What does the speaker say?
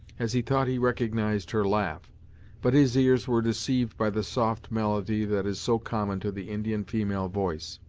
as he thought he recognized her laugh but his ears were deceived by the soft melody that is so common to the indian female voice.